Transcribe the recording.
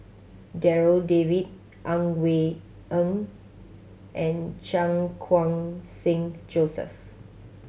Darryl David Ang Wei Neng and Chan Khun Sing Joseph